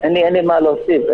אין לי מה להוסיף.